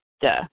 duh